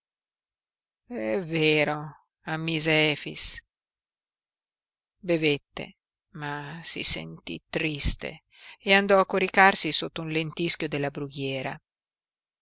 è vero ammise efix bevette ma si sentí triste e andò a coricarsi sotto un lentischio della brughiera